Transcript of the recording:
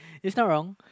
is not wrong